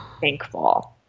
thankful